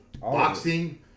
boxing